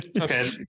Okay